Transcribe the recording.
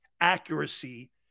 accuracy